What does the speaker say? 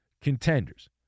contenders